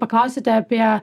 paklausėte apie